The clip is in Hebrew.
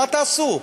מה תעשו?